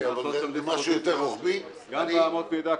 גם אמות מידה.